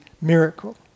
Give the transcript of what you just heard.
miracle